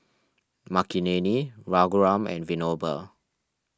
Makineni Raghuram and Vinoba